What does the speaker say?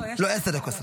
עשר דקות.